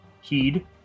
heed